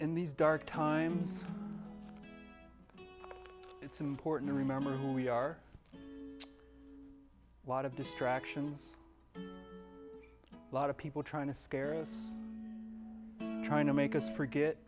in these dark times it's important to remember who we are a lot of distractions lot of people trying to scare us trying to make us forget